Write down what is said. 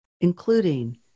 including